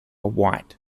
white